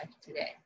today